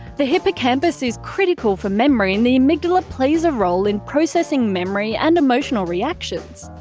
the hippocampus is critical for memory and the amygdala plays a role in processing memory and emotional reactions.